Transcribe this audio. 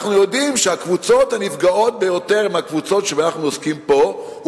אנחנו יודעים שהקבוצות הנפגעות ביותר הן הקבוצות שבהן אנחנו עוסקים פה,